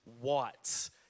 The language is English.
white